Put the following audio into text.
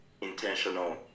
intentional